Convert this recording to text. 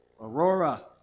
Aurora